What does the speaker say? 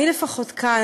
לפחות אני,